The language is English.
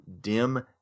dim